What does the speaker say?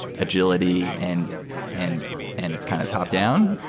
agility and and and it's kind of top-down.